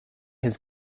his